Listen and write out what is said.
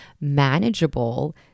manageable